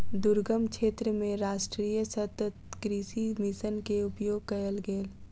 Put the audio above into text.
दुर्गम क्षेत्र मे राष्ट्रीय सतत कृषि मिशन के उपयोग कयल गेल